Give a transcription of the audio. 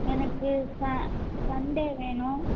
எனக்கு ச சண்டே வேணும்